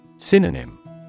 Synonym